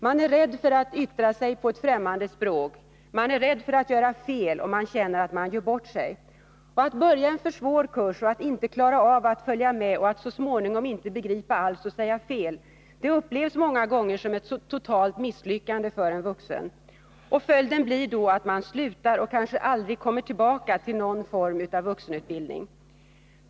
Man är rädd för att yttra sig på ett främmande språk, man är rädd för att göra fel och känna att man gör bort sig. Att börja en för svår kurs, att inte klara av att följa med och att så småningom inte begripa alls och säga fel upplevs många gånger som ett totalt misslyckande för en vuxen. Följden blir att man slutar och kanske aldrig kommer tillbaka till någon form av vuxenutbildning.